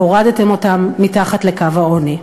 הורדתם אותם מתחת לקו העוני.